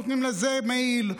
נותנים לזה מעיל,